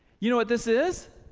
you know what this is?